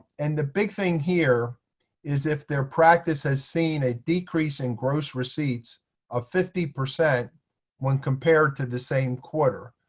and the big thing here is if their practice has seen a decrease in gross receipts of fifty percent when compared to the same quarter.